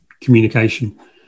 communication